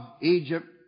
Egypt